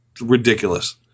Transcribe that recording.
ridiculous